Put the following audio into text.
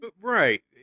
Right